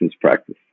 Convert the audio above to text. practice